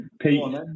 Pete